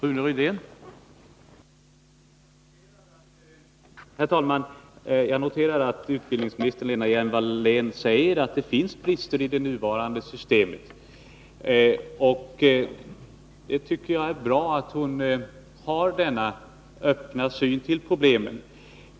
Herr talman! Jag noterar att utbildningsminister Lena Hjelm-Wallén säger att det finns brister i nuvarande system. Det är bra, tycker jag, att hon har denna öppna syn på problemen.